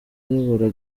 ayobora